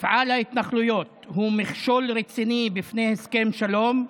מפעל ההתנחלויות הוא מכשול רציני בפני הסכם שלום,